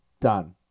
done